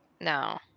No